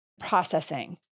processing